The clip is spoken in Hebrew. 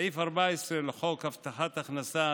סעיף 14 לחוק הבטחת הכנסה,